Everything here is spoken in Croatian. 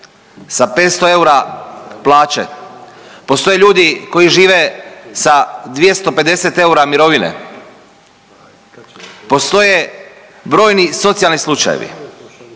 sa 500 eura plaće. Postoje ljudi koji žive sa 250 eura mirovine. Postoje brojni socijalni slučajevi.